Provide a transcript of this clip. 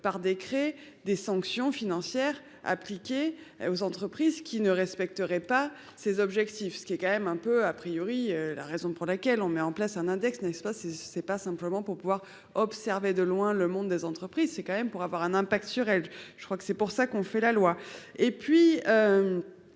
par décret des sanctions financières appliquées aux entreprises qui ne respecteraient pas ces objectifs, ce qui est quand même un peu à priori la raison pour laquelle on met en place un index n'est-ce pas c'est c'est pas simplement pour pouvoir observer de loin le monde des entreprises, c'est quand même pour avoir un impact sur elle. Je crois que c'est pour ça qu'on fait la loi